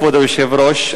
כבוד היושב-ראש,